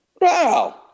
Wow